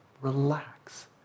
Relax